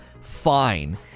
fine